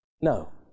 no